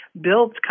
builds